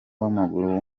w’amaguru